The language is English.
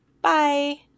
Bye